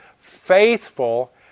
faithful